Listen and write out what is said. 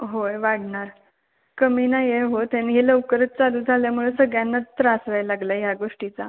होय वाढणार कमी नाही आहे होत आणि हे लवकरच चालू झाल्यामुळे सगळ्यांनाच त्रास व्हायला लागला आहे या गोष्टीचा